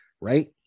right